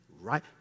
right